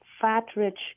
fat-rich